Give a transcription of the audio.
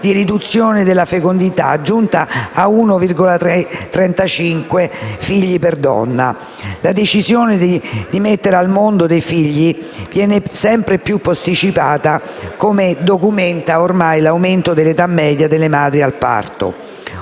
di riduzione della fecondità, giunta a 1,35 figli per donna. La decisione di mettere al mondo dei figli viene sempre più posticipata, come documenta ormai l'aumento dell'età media delle madri al parto.